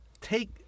take